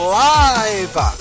live